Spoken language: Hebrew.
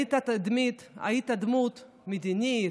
היית תדמית, היית דמות מדינית,